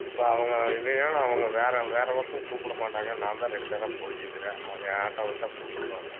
இப்போ அவங்க இல்லைனா நான் அவங்க வேறு வேறு பக்கம் கூப்பிட மாட்டாங்க நான்தான் ரெகுலராக போயிட்டு இருக்கிறேன் அவங்க என் ஆட்டோவைத்தான் கூப்பிடுவாங்க